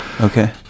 Okay